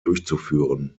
durchzuführen